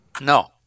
No